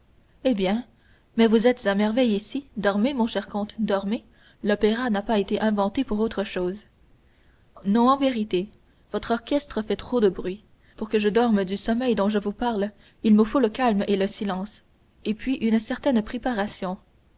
eh bien mais vous êtes à merveille ici dormez mon cher comte dormez l'opéra n'a pas été inventé pour autre chose non en vérité votre orchestre fait trop de bruit pour que je dorme du sommeil dont je vous parle il me faut le calme et le silence et puis une certaine préparation